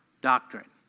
doctrine